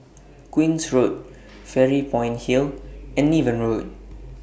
Queen's Road Fairy Point Hill and Niven Road